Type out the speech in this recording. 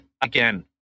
Again